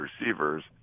receivers